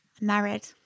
married